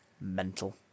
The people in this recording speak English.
Mental